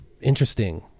interesting